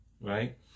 Right